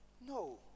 No